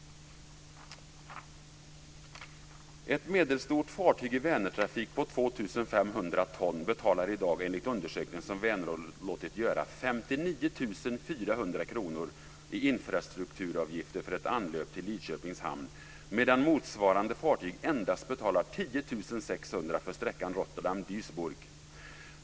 Ett medelstort fartyg i Vänertrafik på 2 500 ton betalar i dag, enligt en undersökning som Vänerrådet låtit göra, 59 400 kr i infrastrukturavgifter för ett anlöp till Lidköpings hamn, medan samma fartyg betalar endast 10 600 kr för sträckan Rotterdam-Duisburg.